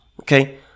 okay